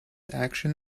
action